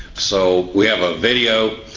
so we have a video,